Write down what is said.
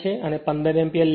અને 15 એમ્પીયર લે છે